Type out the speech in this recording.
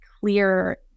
clear